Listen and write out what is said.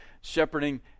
shepherding